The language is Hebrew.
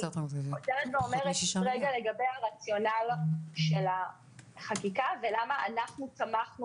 אני חוזרת ואומרת לגבי הרציונל של החקיקה ולמה אנחנו תמכנו